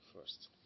first